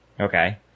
Okay